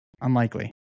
Unlikely